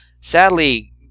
sadly